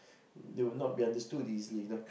they will not be understood easily the